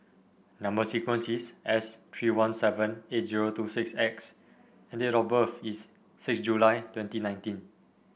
number sequence is S three one seven eight zero two six X and date of birth is six July twenty nineteen